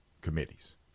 committees